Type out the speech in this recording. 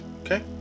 Okay